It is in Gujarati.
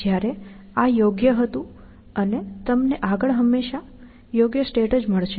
જ્યારે આ યોગ્ય હતું અને તમને આગળ હંમેશાં સ્ટેટ જ મળશે